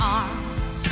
arms